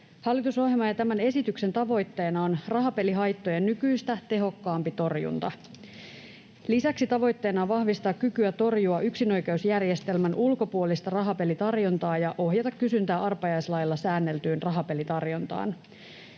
Hallitusohjelman ja tämän esityksen tavoitteena on rahapelihaittojen nykyistä tehokkaampi torjunta. Lisäksi tavoitteena on vahvistaa kykyä torjua yksinoikeusjärjestelmän ulkopuolista rahapelitarjontaa ja ohjata kysyntää arpajaislailla säänneltyyn rahapelitarjontaan.